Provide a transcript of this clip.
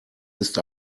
ist